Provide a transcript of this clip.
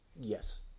yes